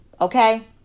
okay